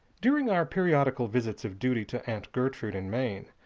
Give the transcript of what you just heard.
during our periodical visits of duty to aunt gertrude in maine,